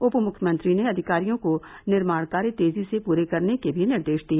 उप मुख्यमंत्री ने अधिकारियों को निर्माण कार्य तेजी से पूरे करने के भी निर्देश दिए